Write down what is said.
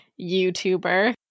YouTuber